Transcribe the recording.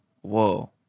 Whoa